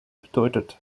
bedeutet